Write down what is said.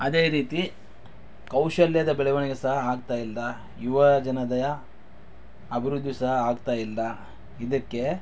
ಅದೇ ರೀತಿ ಕೌಶಲ್ಯದ ಬೆಳವಣಿಗೆ ಸಹ ಆಗ್ತಾ ಇಲ್ಲ ಯುವಜನತೆಯ ಅಭಿವೃದ್ಧಿ ಸಹ ಆಗ್ತಾಯಿಲ್ಲ ಇದಕ್ಕೆ